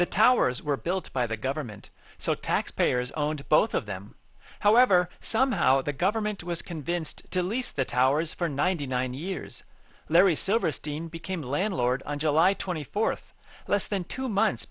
the towers were built by the government so taxpayers owned both of them however somehow the government was convinced to lease the towers for ninety nine years larry silverstein became landlord on july twenty fourth less than two months